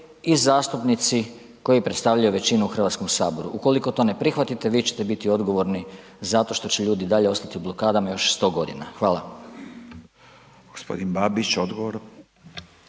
i zastupnici koji predstavljaju većinu u Hrvatskom saboru. Ukoliko to ne prihvatite, vi ćete biti odgovorni zato što će ljudi dalje ostati u blokadama još 100 g., hvala.